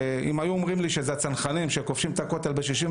אם היו אומרים לי שזה הצנחנים שכובשים את הכותל ב-1967,